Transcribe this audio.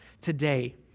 today